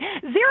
Zero